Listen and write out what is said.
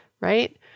right